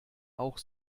auch